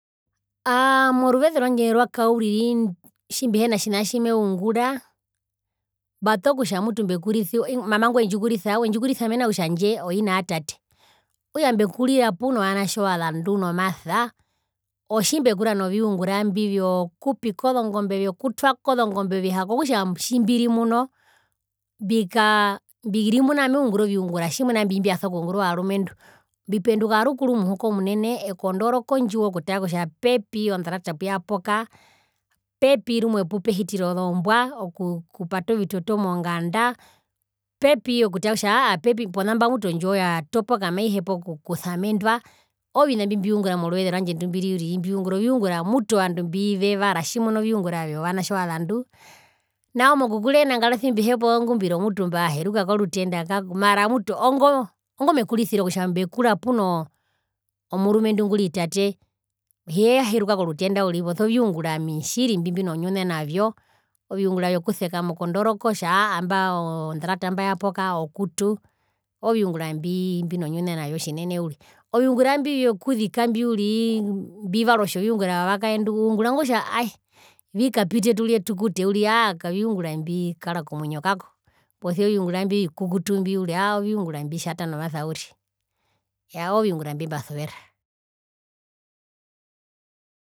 Aaa moruveze rwandje rwakauriri tjimbihena tjina tjimeungura mbatokutja mutu mbekurisiwa mama ngwendjikurisa wendjikurisa mena rokutja handje oina ya tate okutja mbekurira puno vanatje ovazandu nomasa otjimbekura noviungura mbi vyo kupika ozongombe vyotwako zongombe ovihako okutja tjimbiri muno mbikaa mbirimuna ameungura oviungura tjimuna imbi mbiaso kungurwa ovarumendu mbipenduka rukuru muhukomunene ekondoroka ondjiwo okutara kutaja pepi ondarata puyapoka pepi rumwe pupehitira ozombwa oku okupata ovitoto mongandaa pepi okutaa kutja aahaa pona mba mutu ondjiwo yatopoka maiso kusamendwa oovina mbmbiungura moruveze rwandje ndumbiri uriri mbiungura oviungura mutu ovandu mbivevara tjimuna oviungura vyo vanatje ovazandu nao mokukura eenangari mbihepa ozongumbiro mutu mbaheruka korutenda mara mutu oongo ongomekurisiro kutja mbekura punoo omurumendu nguri tate hiyaheruka korutenda uriri posia oviungura ami tjiri mbimbinonyune navyo, oviungura vyokusekama okondoroka otja aahaa imba ondarata yapoka okutu ooviungura mbimbi nonyune navyo tjinene uri, oviungura mbi vyokuzika mbi uriri mbivarwa otjoviungura vyo vakaendu uungura ingo kutja ae vikapite turye tukute uriri aa kaviungura mbikara komwinyo kako posia oviungura imbio vikukutu uriri aa oviungura mbitjata nomasa uri iyaa ooviungura mbimbasuvera.